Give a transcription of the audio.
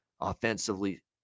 offensively